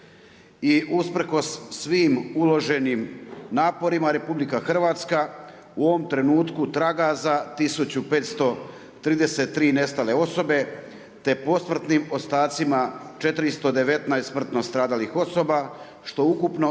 I usprkos svim uloženim naporima RH u ovom trenutku traga za 1533 nestale osobe te posmrtnim ostacima 419 smrtno stradalih osoba što ukupno